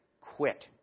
quit